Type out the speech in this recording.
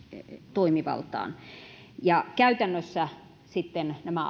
toimivaltaan käytännössä sitten nämä